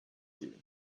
you